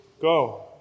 Go